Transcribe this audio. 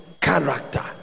Character